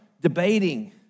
debating